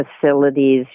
facilities